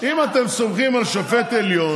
אם אתם סומכים על שופט עליון,